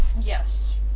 Yes